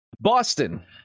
Boston